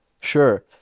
sure